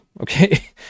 okay